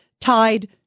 tied